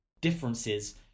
differences